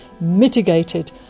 mitigated